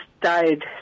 died